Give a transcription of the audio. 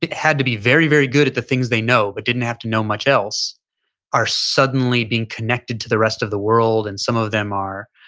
had to be very, very good at the things they know but didn't have to know much else are suddenly being connected to the rest of the world. and some of them are,